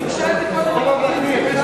מגלי, ביקשה את זה קודם דליה איציק,